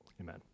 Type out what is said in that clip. Amen